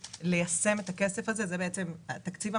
ליישם את הכסף הזה שהוא בעצם תזרים,